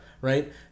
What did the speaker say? Right